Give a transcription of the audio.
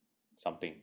something